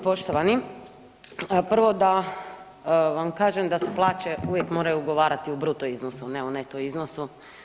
Poštovani, prvo da vam kažem da se plaće uvijek moraju ugovarati u bruto iznosu, a ne u neto iznosu.